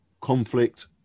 conflict